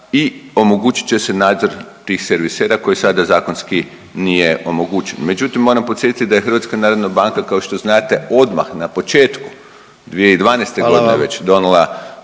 i omogućit će se nadzor tih servisera koji sada zakonski nije omogućen. Međutim, moram podsjetiti da je HNB odmah na početku 2012. godine već